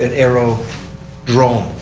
and arrow drone.